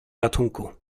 ratunku